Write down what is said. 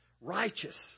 righteous